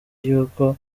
y’uko